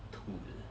tool